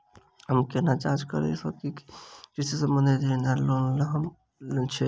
हम केना जाँच करऽ सकलिये की कृषि संबंधी ऋण वा लोन लय केँ हम योग्य छीयै?